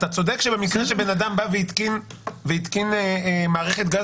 אתה צודק שבמקרה שבן אדם בא והתקין מערכת גז